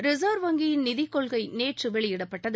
reserve வங்கியின் நிதிக் கொள்கை நேற்று வெளியிடப்பட்டது